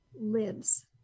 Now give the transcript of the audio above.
lives